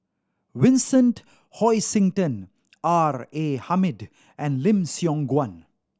Vincent Hoisington R A Hamid and Lim Siong Guan